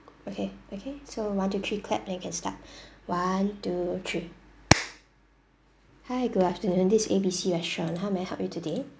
okay okay so one two three clap then we can start one two three hi good afternoon this is A B C restaurant how may I help you today